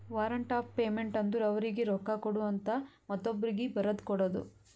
warrant of payment ಅಂದುರ್ ಅವರೀಗಿ ರೊಕ್ಕಾ ಕೊಡು ಅಂತ ಮತ್ತೊಬ್ರೀಗಿ ಬರದು ಕೊಡೋದು